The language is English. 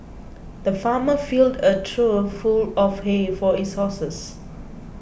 the farmer filled a trough full of hay for his horses